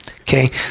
okay